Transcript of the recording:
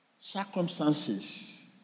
circumstances